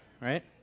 right